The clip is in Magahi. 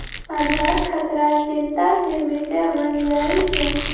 आधार खतरा चिंता के विषय बन जाइ छै